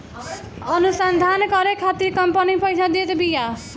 अनुसंधान करे खातिर कंपनी पईसा देत बिया